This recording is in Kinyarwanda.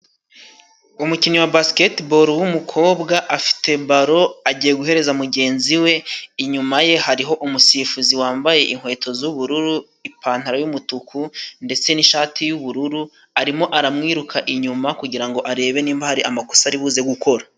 Umukinnyi wa basiketiboro w'umukobwa， afite baro， agiye guhereza mugenzi we， inyuma ye hariho umusifuzi wambaye inkweto z'ubururu， ipantaro y'umutuku， ndetse n'ishati y'ubururu， arimo aramwiruka inyuma， kugira ngo arebe niba hari amakosa aribuze gukora.